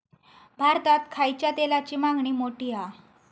भारतात खायच्या तेलाची मागणी मोठी हा